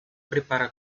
prepara